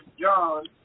John